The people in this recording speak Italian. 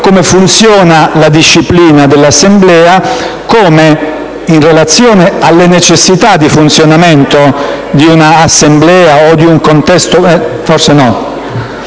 come funziona la disciplina dell'Assemblea e come, in relazione alle necessità di funzionamento di un'Assemblea o di un contesto pubblico